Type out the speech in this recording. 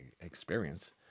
experience